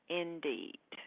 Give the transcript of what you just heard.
indeed